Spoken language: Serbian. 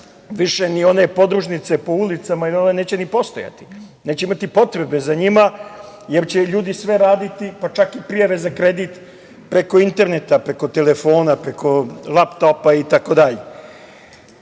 više ni one podružnice po ulicama neće ni postojati, neće imati potrebe za njima, jer će ljudi sve raditi, pa čak i prijave za kredit preko interneta, preko telefona, preko lap-topa